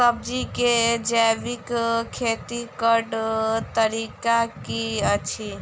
सब्जी केँ जैविक खेती कऽ तरीका की अछि?